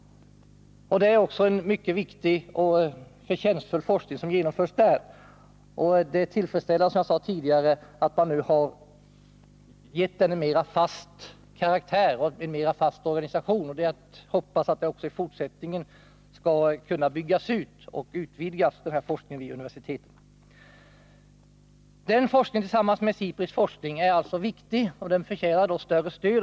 Det är en mycket viktig och förtjänstfull forskning som där utförs. Det är, som jag sade tidigare, tillfredsställande att man nu har gett denna forskning en mer fast organisation. Det är att hoppas att denna forskning i fortsättningen skall kunna byggas ut och utvecklas. Denna forskning är, tillsammans med SIPRI:s forskning, viktig, och den förtjänar ett större stöd.